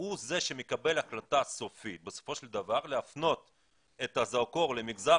הוא זה שמקבל החלטה סופית בסופו של דבר להפנות את הזרקור למגזר